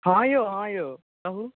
हँ यौ हँ यौ कहु